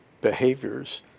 behaviors